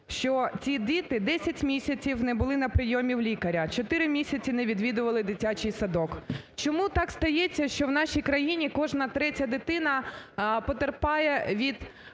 що ці діти 10 місяців не були на прийомі у лікаря, 4 місяці не відвідували дитячий садок. Чому так стається, що у нашій країні кожна третя дитина потерпає від